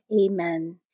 Amen